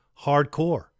hardcore